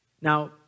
Now